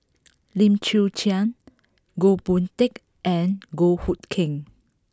Lim Chwee Chian Goh Boon Teck and Goh Hood Keng